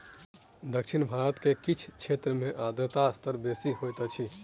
दक्षिण भारत के किछ क्षेत्र में आर्द्रता स्तर बेसी होइत अछि